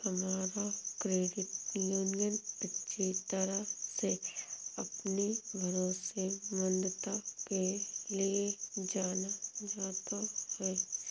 हमारा credit union अच्छी तरह से अपनी भरोसेमंदता के लिए जाना जाता है